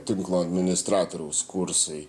tinklo administratoriaus kursai